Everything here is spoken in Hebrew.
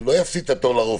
הוא לא יפסיד את התור לרופא,